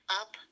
up